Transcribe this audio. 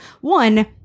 one